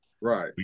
Right